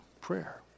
prayer